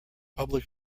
public